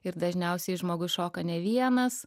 ir dažniausiai žmogus šoka ne vienas